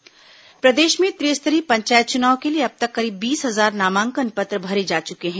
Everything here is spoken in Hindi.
पंचायत चुनाव नामांकन प्रदेश में त्रिस्तरीय पंचायत चुनाव के लिए अब तक करीब बीस हजार नामांकन पत्र भरे जा चुके हैं